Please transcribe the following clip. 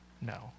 No